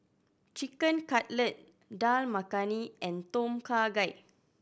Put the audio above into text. Chicken Cutlet Dal Makhani and Tom Kha Gai